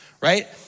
right